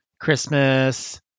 Christmas